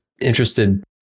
interested